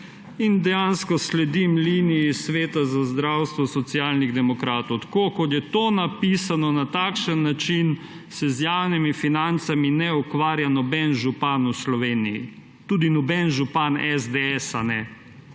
in dejansko sledim liniji sveta za zdravstvo Socialnih demokratov. Tako, kot je to napisano, na takšen način se z javnimi financami ne ukvarja noben župan v Sloveniji, tudi noben župan SDS ne.